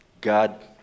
god